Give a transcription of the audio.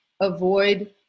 avoid